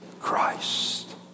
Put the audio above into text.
Christ